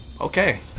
Okay